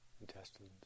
intestines